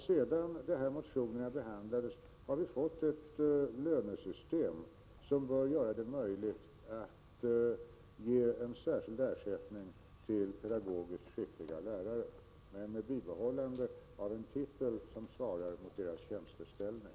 Sedan de nämnda motionerna behandlats har vi fått ett lönesystem som bör göra det möjligt att ge en särskild ersättning till pedagogiskt skickliga lärare, men med bibehållande av en titel som svarar mot deras tjänsteställning.